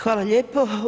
Hvala lijepo.